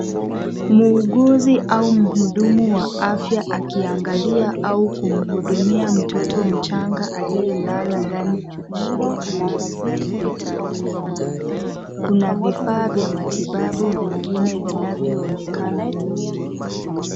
Muuguzi au mhudumu wa afya, akiangalia au kumhudumia mtoto mchanga, aliyelala ndani ya mashine maalum hospitalini. Kuna vifaa vya matibabu vingine vinavyoonekana nyuma.